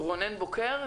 רונן בוקר.